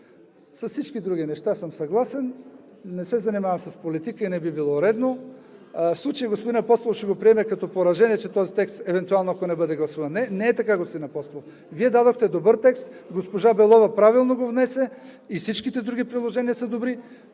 С всички други неща съм съгласен. Не се занимавам с политика и не би било редно. В случая господин Апостолов ще го приеме като поражение, ако този текст евентуално не бъде гласуван. Не, не е така, господин Апостолов. Вие дадохте добър текст, госпожа Белова правилно го внесе и всичките други предложения са добри,